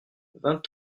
vingt